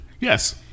Yes